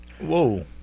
whoa